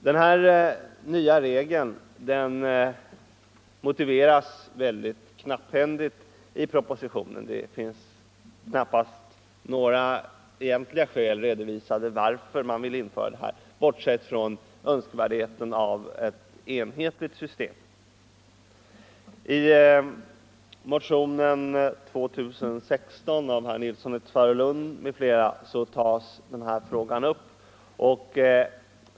Den nya regeln motiveras mycket knapphändigt i propositionen; det finns knappast några egentliga skäl redovisade varför man vill införa den, bortsett från önskvärdheten av ett enhetligt system. I motionen 2016 av herr Nilsson i Tvärålund m.fl. tas denna fråga upp.